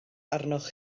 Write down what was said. arnoch